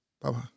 Bye-bye